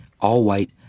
all-white